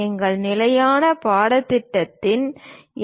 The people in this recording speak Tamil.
எங்கள் நிலையான பாடப்புத்தகங்கள் என்